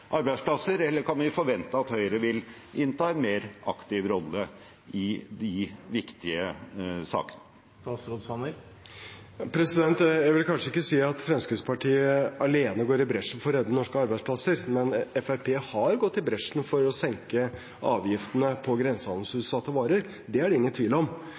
arbeidsplasser, eller kan vi forvente at Høyre vil innta en mer aktiv rolle i de viktige sakene? Jeg vil kanskje ikke si at Fremskrittspartiet alene går i bresjen for å redde norske arbeidsplasser, men Fremskrittspartiet har gått i bresjen for å senke avgiftene på grensehandelsutsatte varer. Det er det ingen tvil om.